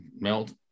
melt